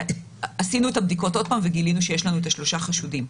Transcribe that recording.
עשינו את הבדיקות שוב וגילינו שיש לנו שלושה החשודים.